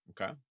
Okay